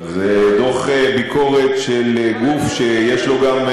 זה דוח ביקורת של גוף שיש לו גם,